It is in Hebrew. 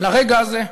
לרגע הזה,